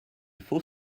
faut